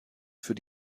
für